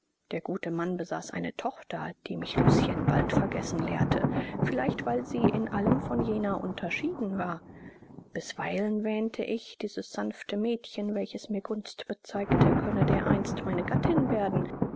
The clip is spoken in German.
der gute mann besaß eine tochter die mich lucien bald vergessen lehrte vielleicht weil sie in allem von jener unterschieden war bisweilen wähnte ich dieses sanfte mädchen welches mir gunst bezeigte könne dereinst meine gattin werden